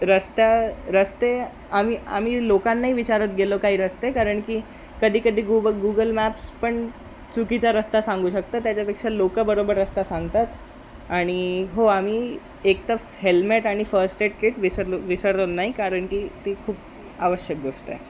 रस्त्या रस्ते आम्ही आम्ही लोकांनाही विचारत गेलो काही रस्ते कारण की कधी कधी गुग गुगल मॅप्स पण चुकीचा रस्ता सांगू शकतं त्याच्यापेक्षा लोक बरोबर रस्ता सांगतात आणि हो आम्ही एकतर हेल्मेट आणि फर्स्ट एड किट विसरलो विसरत नाही कारण की ती खूप आवश्यक गोष्ट आहे